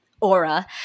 aura